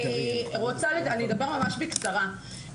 אני אדבר ממש בקצרה,